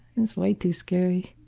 it's way too scary.